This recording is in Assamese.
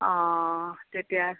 অ তেতিয়া